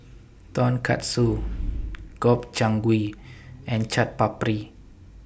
Tonkatsu Gobchang Gui and Chaat Papri